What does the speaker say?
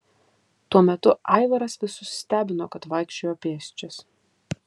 tuo metu aivaras visus stebino kad vaikščiojo pėsčias